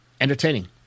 Entertaining